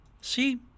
See